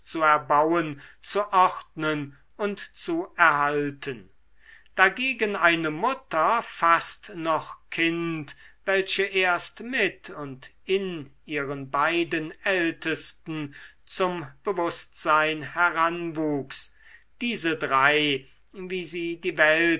zu erbauen zu ordnen und zu erhalten dagegen eine mutter fast noch kind welche erst mit und in ihren beiden ältesten zum bewußtsein heranwuchs diese drei wie sie die welt